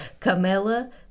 Camela